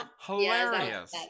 Hilarious